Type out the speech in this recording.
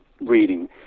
reading